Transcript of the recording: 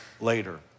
later